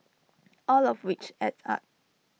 all of which adds up